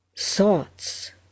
thoughts